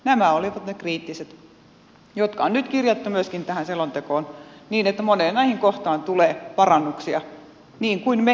nämä olivat ne kriittiset jotka on nyt kirjattu myöskin tähän selontekoon niin että moneen kohtaan näistä tulee parannuksia niin kuin me silloin esitimme